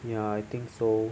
ya I think so